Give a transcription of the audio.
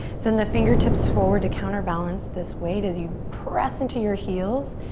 send the fingertips forward to counterbalance this weight as you press into your heels.